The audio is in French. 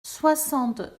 soixante